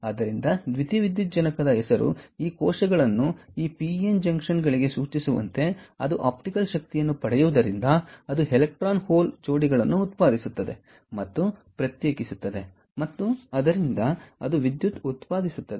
ಆದ್ದರಿಂದ ದ್ಯುತಿವಿದ್ಯುಜ್ಜನಕ ಹೆಸರು ಈ ಕೋಶಗಳನ್ನು ಈ ಪಿ ಎನ್ ಜಂಕ್ಷನ್ ಗಳಿಗೆ ಸೂಚಿಸುವಂತೆ ಅದು ಆಪ್ಟಿಕಲ್ ಶಕ್ತಿಯನ್ನು ಪಡೆಯುವುದರಿಂದ ಅದು ಎಲೆಕ್ಟ್ರಾನ್ ಹೋಲ್ ಜೋಡಿಗಳನ್ನು ಉತ್ಪಾದಿಸುತ್ತದೆ ಮತ್ತು ಪ್ರತ್ಯೇಕಿಸುತ್ತದೆ ಮತ್ತು ಆದ್ದರಿಂದ ಅದು ವಿದ್ಯುತ್ ಉತ್ಪಾದಿಸುತ್ತದೆ